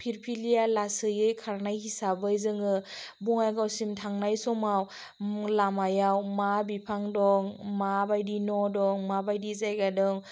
फिरफिलिया लासैयै खारनाय हिसाबै जोङो बङाइगावसिम थांनाय समाव मुह लामायाव मा बिफां दं माबायदि न' दं माबायदि जायगा दं